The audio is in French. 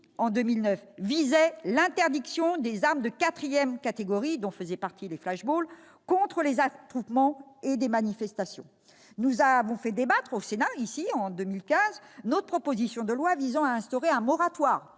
année, visait l'interdiction des armes de quatrième catégorie, dont le flash-ball, contre les attroupements et les manifestations. Nous avons mis en débat, en 2015, notre proposition de loi visant à instaurer un moratoire